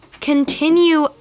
Continue